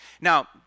Now